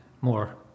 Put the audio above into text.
more